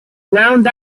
round